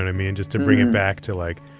i mean, just to bring it back to, like,